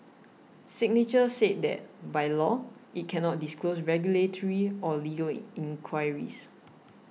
signature said that by law it cannot disclose regulatory or legal in inquiries